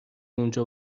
اونجا